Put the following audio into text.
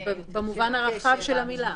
בדיוק, במובן הרחב של המילה.